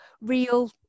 real